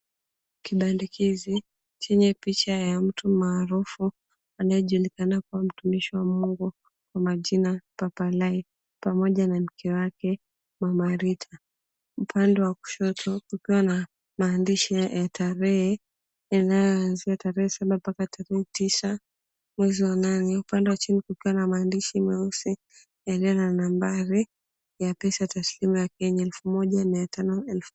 Kibandikizi chenye picha ya mtu maarufu anayejulikana kuwa mtumishi wa Mungu kwa majina, Papalai pamoja na mke wake, Mama Rita. Upande wa kushoto kukiwa na maandishi ya tarehe yanayoanzia tarehe saba mpaka tarehe tisa mwezi wa nane, upande wa chini kukiwa na mandishi meusi yaliyo na nambari ya pesa taslimu ya Kenya, elfu moja mia tano elfu.